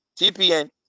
TPN